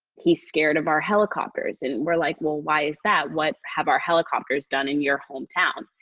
he scared of our helicopters and we're like, well, why is that? what have our helicopters done in your hometown?